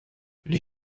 les